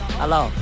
hello